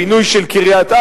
פינוי של קריית-ארבע,